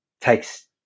takes